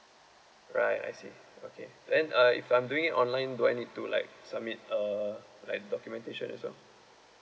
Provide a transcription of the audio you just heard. alright I see okay then uh if I'm doing it online do I need to like submit uh like documentation also